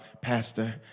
pastor